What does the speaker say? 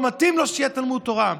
לא מתאים לו שיהיה תלמוד תורה.